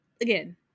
again